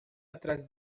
atrás